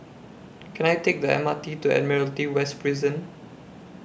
Can I Take The M R T to Admiralty West Prison